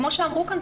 כמו שאמרו כאן,